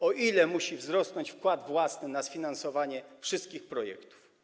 O ile musi wzrosnąć wkład własny na sfinansowanie wszystkich projektów?